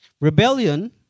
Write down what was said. Rebellion